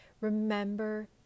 remember